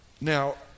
Now